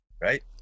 right